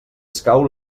escau